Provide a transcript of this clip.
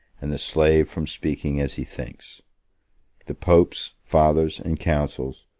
and the slave from speaking as he thinks the popes, fathers, and councils,